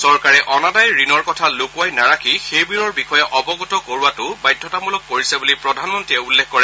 চৰকাৰে অনাদায় ঋণৰ কথা লুকুৱাই নাৰাখি সেইবোৰৰ বিষয়ে অৱগত কৰওৱাটো বাধ্যতামূলক কৰিছে বুলি প্ৰধানমন্ত্ৰীয়ে উল্লেখ কৰে